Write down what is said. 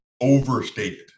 overstated